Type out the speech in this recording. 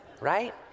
right